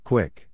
Quick